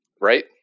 right